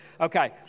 Okay